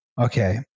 Okay